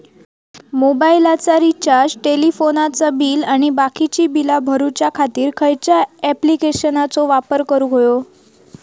मोबाईलाचा रिचार्ज टेलिफोनाचा बिल आणि बाकीची बिला भरूच्या खातीर खयच्या ॲप्लिकेशनाचो वापर करूक होयो?